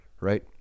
Right